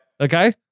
Okay